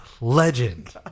Legend